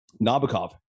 Nabokov